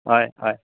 हय हय